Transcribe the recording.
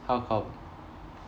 how come